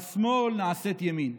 השמאל נעשית ימין".